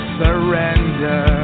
surrender